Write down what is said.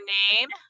name